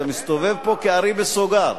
אתה מסתובב פה כארי בסוגר.